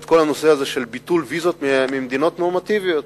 את כל הנושא הזה של ביטול ויזות ממדינות נורמטיביות.